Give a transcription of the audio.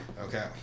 okay